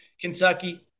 Kentucky